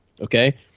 okay